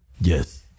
Yes